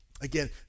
Again